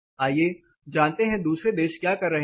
आइए जानते हैं दूसरे देश क्या कर रहे हैं